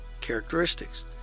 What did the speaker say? characteristics